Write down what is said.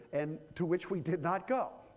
and to which we did not go.